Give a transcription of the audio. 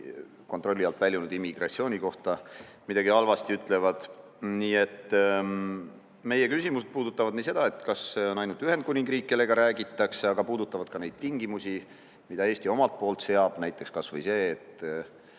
kontrolli alt väljunud immigratsiooni kohta midagi halvasti ütlevad. Meie küsimused puudutavad seda, kas see on ainult Ühendkuningriik, kellega läbi räägitakse, aga need puudutavad ka neid tingimusi, mida Eesti omalt poolt seab, näiteks kas või see,